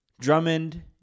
Drummond